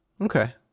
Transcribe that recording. Okay